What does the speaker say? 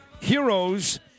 heroes